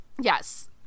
yes